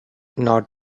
not